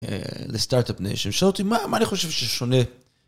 לסטארט-אפ ניישן הוא שאל אותי מה מה אני חושב ששונה.